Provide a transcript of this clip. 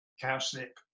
cowslip